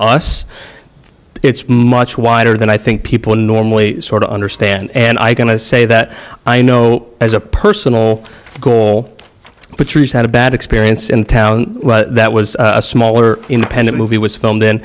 us it's much wider than i think people normally sort of understand and i can i say that i know as a personal goal patrice had a bad experience in town that was a smaller independent movie was filmed